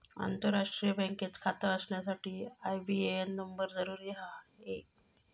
आंतरराष्ट्रीय बँकेत खाता असण्यासाठी आई.बी.ए.एन नंबर जरुरी आहे